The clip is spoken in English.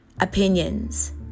opinions